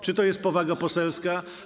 Czy to jest powaga poselska?